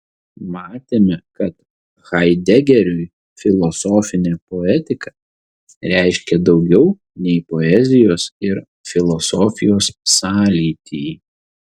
matėme kad haidegeriui filosofinė poetika reiškia daugiau nei poezijos ir filosofijos sąlytį